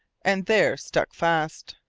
and there stuck fast.